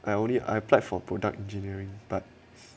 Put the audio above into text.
I only I applied for product engineering but